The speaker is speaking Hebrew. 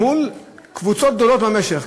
מול קבוצות גדולות במשק,